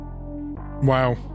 Wow